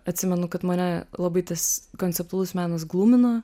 atsimenu kad mane labai tas konceptualus menas glumino